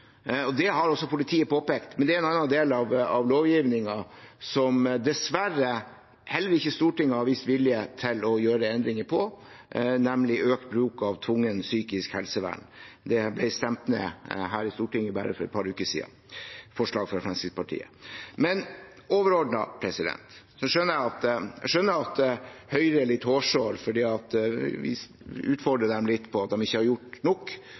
og folk omkring seg. Det har også politiet påpekt, men det er en annen del av lovgivningen som Stortinget dessverre heller ikke har vist vilje til å gjøre endringer på, nemlig økt bruk av tvungent psykisk helsevern. Det ble stemt ned her i Stortinget for bare et par uker siden. Det var et forslag fra Fremskrittspartiet. Overordnet skjønner jeg at Høyre er litt hårsåre fordi vi utfordrer